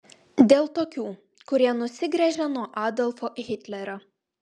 dėl tokių kurie nusigręžė nuo adolfo hitlerio